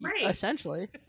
Essentially